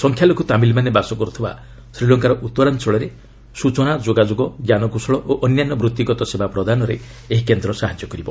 ସଂଖ୍ୟାଲଘୁ ତାମିଲମାନେ ବାସ କରୁଥିବା ଶ୍ରୀଲଙ୍କାର ଉତ୍ତରାଞ୍ଚଳରେ ସୂଚନା ଯୋଗାଯୋଗ ଜ୍ଞାନକୌଶଳ ଓ ଅନ୍ୟାନ୍ୟ ବୃତ୍ତିଗତ ସେବା ପ୍ରଦାନରେ ଏହି କେନ୍ଦ୍ର ସାହାଯ୍ୟ କରିବ